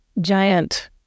giant